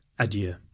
adieu